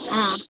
ம்